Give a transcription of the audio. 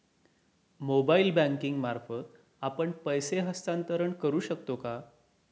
Mobile banking मार्फत आपण पैसे हस्तांतरण करू शकतो का?